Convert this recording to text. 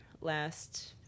last